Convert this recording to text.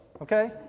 Okay